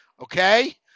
okay